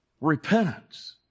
Repentance